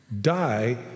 die